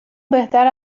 بهتراست